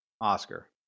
Oscar